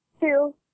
two